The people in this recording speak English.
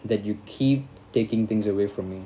that you keep taking things away from me